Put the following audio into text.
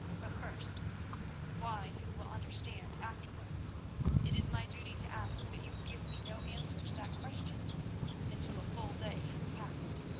but first why you will understand afterwards it is my duty to ask that you will give me no answer to that question until a full day has passed.